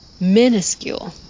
minuscule